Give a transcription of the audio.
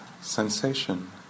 sensation